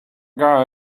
guy